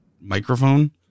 microphone